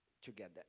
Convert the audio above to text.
together